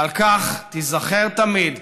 ועל כך תיזכר תמיד